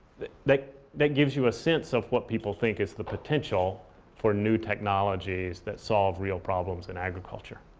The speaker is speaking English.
that that gives you a sense of what people think is the potential for new technologies that solve real problems in agriculture.